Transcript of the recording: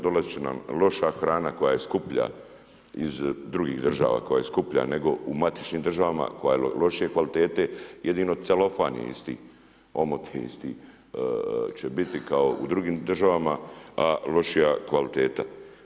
Dolaziti će nam loša hrana koja je skuplja iz drugih država, koja je skuplja nego u matičnim državama koja je lošije kvalitete, jedino celofan je isti, omot je isti, će biti kao u drugim državama a lošija kvaliteta.